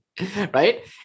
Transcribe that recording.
right